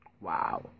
Wow